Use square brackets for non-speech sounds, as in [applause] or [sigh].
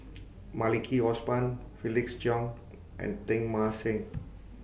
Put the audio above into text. [noise] Maliki Osman Felix Cheong and Teng Mah Seng